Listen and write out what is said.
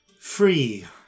free